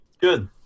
Good